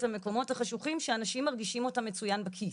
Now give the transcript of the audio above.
המקומות החשוכים שאנשים מרגישים אותם מצוין בכיס,